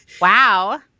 wow